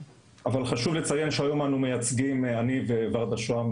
חשוב לציין שהיום אני וורדה שוהם,